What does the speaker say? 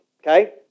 Okay